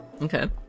Okay